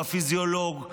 הוא הפיסיולוג,